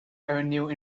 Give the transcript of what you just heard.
avenue